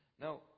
Now